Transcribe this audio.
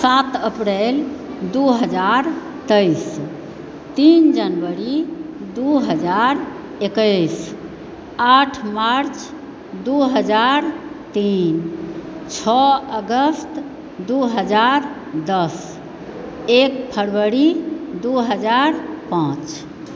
सात अप्रैल दू हजार तेइस तीन जनवरी दू हजार एकैस आठ मार्च दू हजार तीन छओ अगस्त दू हजार दश एक फरवरी दू हजार पाँच